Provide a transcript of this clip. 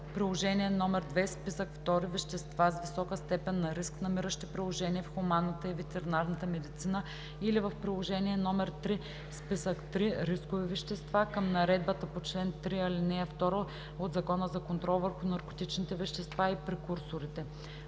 приложение № 2 „Списък II – Вещества с висока степен на риск, намиращи приложение в хуманната и ветеринарната медицина“ или в приложение № 3 „Списък III – Рискови вещества“ към Наредбата по чл. 3, ал. 2 от Закона за контрол върху наркотичните вещества и прекурсорите.“;